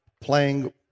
playing